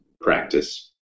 practice